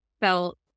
felt